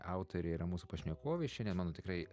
autorė yra mūsų pašnekovė šiandien mano tikrai